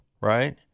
right